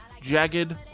jagged